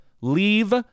leave